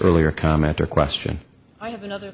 earlier comment or question i have another